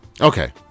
Okay